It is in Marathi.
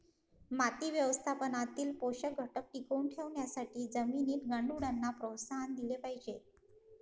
माती व्यवस्थापनातील पोषक घटक टिकवून ठेवण्यासाठी जमिनीत गांडुळांना प्रोत्साहन दिले पाहिजे